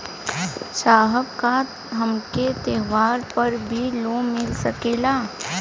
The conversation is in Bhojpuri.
साहब का हमके त्योहार पर भी लों मिल सकेला?